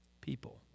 People